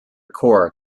core